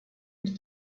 going